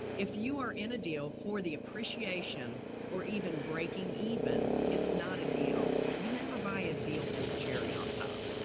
if you are in a deal for the appreciation or even breaking even, it's not a deal. you never buy a deal for the cherry on top.